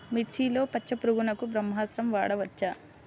మిర్చిలో పచ్చ పురుగునకు బ్రహ్మాస్త్రం వాడవచ్చా?